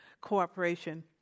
Cooperation